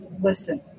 listen